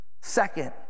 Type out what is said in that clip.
second